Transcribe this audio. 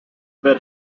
been